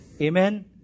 Amen